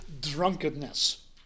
drunkenness